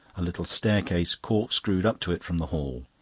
a little staircase cork-screwed up to it from the hall.